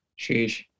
Sheesh